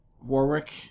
warwick